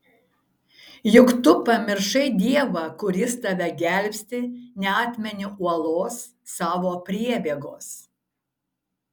juk tu pamiršai dievą kuris tave gelbsti neatmeni uolos savo priebėgos